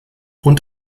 und